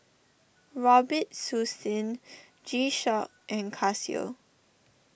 Robitussin G Shock and Casio